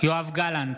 יואב גלנט,